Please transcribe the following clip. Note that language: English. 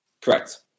Correct